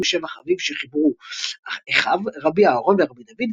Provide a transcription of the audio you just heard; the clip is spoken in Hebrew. בשבח אביו שחברו אחיו - רבי אהרן ורבי דוד,